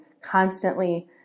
constantly